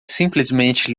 simplesmente